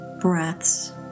breaths